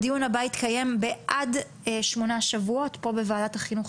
הדיון הבא יתקיים עד שמונה שבועות פה בוועדת החינוך,